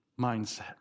mindset